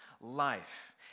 Life